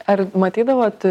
ar matydavot